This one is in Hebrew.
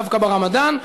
דווקא ברמדאן,